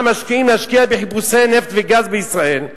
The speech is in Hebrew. משקיעים להשקיע בחיפושי נפט וגז בישראל,